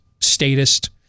statist